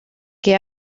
que